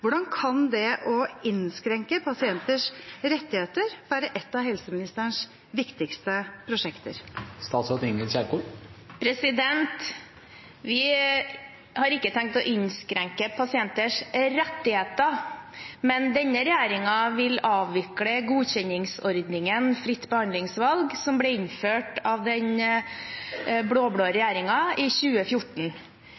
hvordan kan det å innskrenke pasienters rettigheter være et av helseministerens viktigste prosjekter? Vi har ikke tenkt å innskrenke pasienters rettigheter, men denne regjeringen vil avvikle godkjenningsordningen fritt behandlingsvalg, som ble innført av den